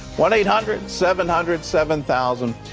one eight hundred seven hundred seven thousand,